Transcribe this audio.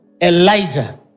Elijah